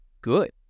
good